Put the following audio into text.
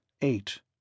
Eight